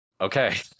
Okay